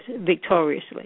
victoriously